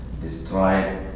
destroy